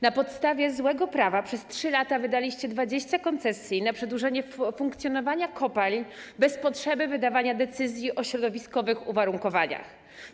Na podstawie złego prawa przez 3 lata wydaliście 20 koncesji na przedłużenie funkcjonowania kopalń bez potrzeby wydawania decyzji o środowiskowych uwarunkowaniach.